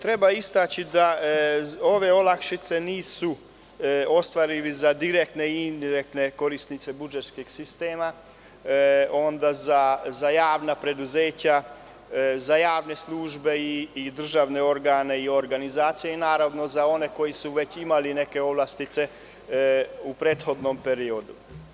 Treba istaći da ova olakšice nisu ostvarive za direktne i indirektne korisnike budžetskog sistema, za javna preduzeća, za javne službe, državne organe i organizacije i, naravno, za one koji su već imali neke povlastice u prethodnom periodu.